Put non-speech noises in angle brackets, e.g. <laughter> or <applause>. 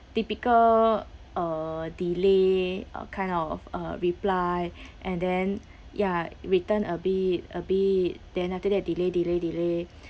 typical uh delay uh kind of uh reply <breath> and then ya return a bit a bit then after that delay delay delay